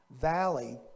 Valley